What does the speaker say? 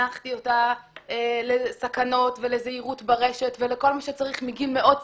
וחינכתי אותה לסכנות ולזהירות ברשת ולכל מה שצריך מגיל מאוד צעיר,